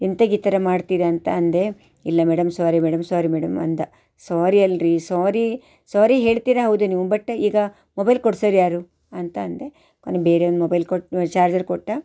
ಎಂತಕ್ಕೀಥರ ಮಾಡ್ತೀರಾ ಅಂತ ಅಂದೆ ಇಲ್ಲ madam sorry madam sorry madam ಅಂದ ಸ್ವಾರಿ ಅಲ್ಲರೀ ಸ್ವಾರಿ ಸ್ವಾರಿ ಹೇಳ್ತೀರ ಹೌದು ನೀವು ಬಟ್ ಈಗ ಮೊಬೈಲ್ ಕೊಡ್ಸೋವ್ರು ಯಾರು ಅಂತ ಅಂದೆ ಕೊನೆಗೆ ಬೇರೆ ಒಂದು ಮೊಬೈಲ್ ಕೊಟ್ಟ ಚಾರ್ಜರ್ ಕೊಟ್ಟ